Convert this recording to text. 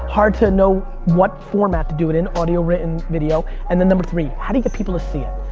hard to know what format to do it in, audio, written, video, and then number three, how do you get people to see it?